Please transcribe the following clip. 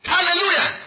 Hallelujah